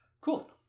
cool